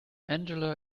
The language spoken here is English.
angela